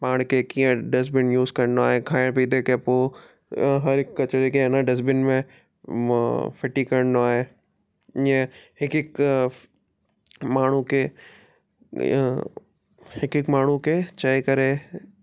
पाण खे कीअं डस्टबिन यूज़ करिणो आहे खाइणु पीते खां पोइ हर हिकु कचरे खे हिन डस्टबिन में फिटी करिणो आहे ईअं हिकु हिकु माण्हू खे हिकु हिकु माण्हू खे चई करे